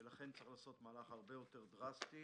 ולכן צריך לעשות מהלך הרבה יותר דרסטי,